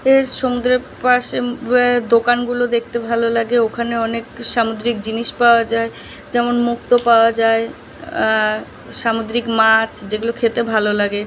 ওই সমুদ্রের পাশে দোকানগুলো দেখতে ভালো লাগে ওখানে অনেক সামুদ্রিক জিনিস পাওয়া যায় যেমন মুক্ত পাওয়া যায় সামুদ্রিক মাছ যেগুলো খেতে ভালো লাগে